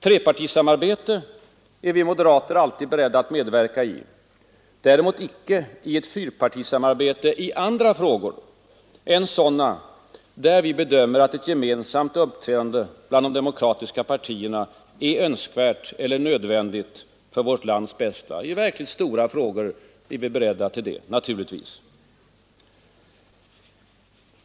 Trepartisamarbete är vi moderater alltid beredda att medverka i — däremot icke i ett fyrpartisamarbete i andra frågor än sådana, där vi bedömer att ett gemensamt uppträdande av de demokratiska partierna är önskvärt eller nödvändigt för vårt lands bästa. I verkligt stora frågor är vi alltså givetvis beredda till det.